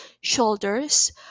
shoulders